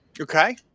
Okay